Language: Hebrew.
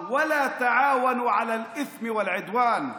ואל תשתפו פעולה בחטאים ותוקפנות.)